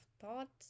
thoughts